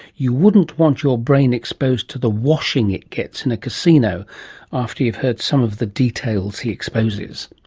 you wouldn't want your brain exposed to the washing it gets in a casino after you've heard some of the details he exposes.